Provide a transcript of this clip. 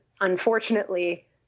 unfortunately